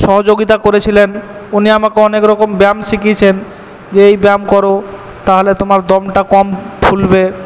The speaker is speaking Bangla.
সহযোগিতা করেছিলেন উনি আমাকে অনেক রকম ব্যায়াম শিখিয়েছেন যে এই ব্যায়াম করো তাহলে তোমার দমটা কম ফুলবে